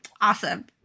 Awesome